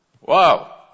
wow